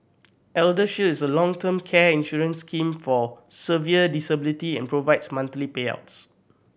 Elder Shield is a long term care insurance scheme for severe disability and provides monthly payouts